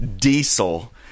Diesel